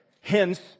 hence